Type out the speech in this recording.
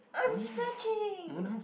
I'm stretching